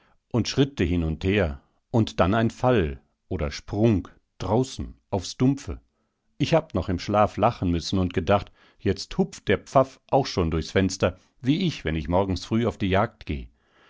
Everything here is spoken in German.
und schritte hin und her und dann ein fall oder sprung draußen aufs dumpfe ich hab noch im schlaf lachen müssen und gedacht jetzt hupft der pfaff auch schon durchs fenster wie ich wenn ich morgens früh auf die jagd geh